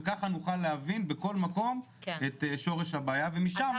וכך נוכל להבין בכל מקום את שורש הבעיה ומשם לטפל.